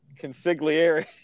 consigliere